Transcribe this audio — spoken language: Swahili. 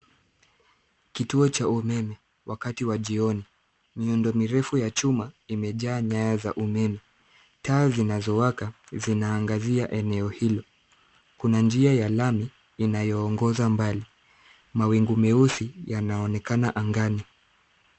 Kituo cha umeme wakati wa jioni. Miundo mirefu ya chuma imejaa nyayo za umeme. Taa zinazowaka zinaangazia eneo hilo. Kuna njia ya lami inayoongoza mbali mawingu meusi yanaonekana angani.